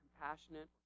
compassionate